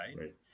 Right